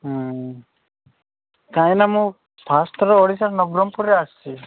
କାହିଁକିନା ମୁଁ ଫାର୍ଷ୍ଟ୍ଥର ଓଡ଼ିଶା ନବରଙ୍ଗପୁରରେ ଆସିଛି